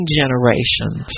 generations